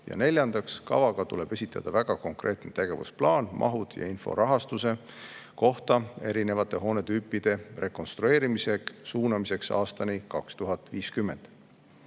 Ja neljandaks, kavaga tuleb esitada väga konkreetne tegevusplaan, mahud ja info rahastuse kohta erinevate hoonetüüpide rekonstrueerimise suunamiseks aastani 2050.